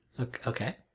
Okay